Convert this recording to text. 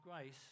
grace